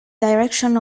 direction